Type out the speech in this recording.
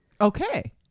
Okay